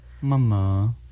mama